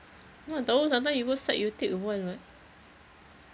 mana tahu sometimes you go site you take a while [what]